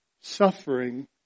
Suffering